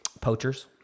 poachers